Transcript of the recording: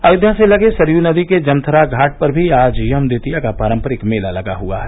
अयोध्या से लगे सरयू नदी के जमथरा घाट पर आज यम द्वितीया का पारम्परिक मेला लगा हुआ है